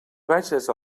vages